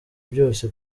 byose